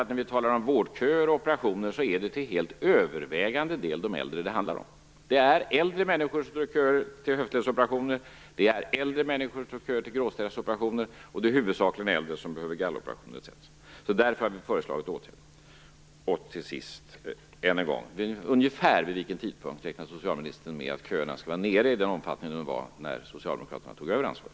När vi talar om vårdköer och operationer är det till helt övervägande del de äldre det handlar om. Det är äldre människor som står i köer till höftledsoperationer, det är äldre människor som står i köer till gråstarrsoperationer, det är huvudsakligen äldre människor som behöver galloperationer etc. Därför har vi föreslagit åtgärder. Till sist, herr talman, vill jag än en gång fråga: Vid ungefär vilken tidpunkt räknar socialministern med att köerna skall vara nere på samma nivå som när Socialdemokraterna tog över ansvaret?